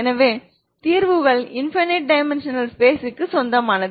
எனவே தீர்வுகள் infinite dimensional ஸ்பேஸ்ற்கு சொந்தமானது